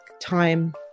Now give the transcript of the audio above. time